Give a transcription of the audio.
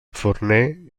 forner